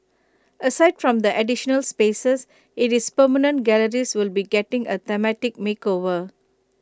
aside from the additional spaces IT is permanent galleries will be getting A thematic makeover